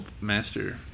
master